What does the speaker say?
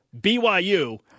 BYU